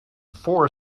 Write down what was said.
four